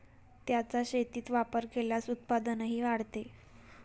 त्यांचा शेतीत वापर केल्यास उत्पादनही वाढते